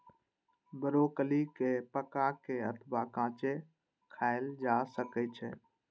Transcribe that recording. broccoli कें पका के अथवा कांचे खाएल जा सकै छै